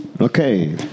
Okay